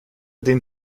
den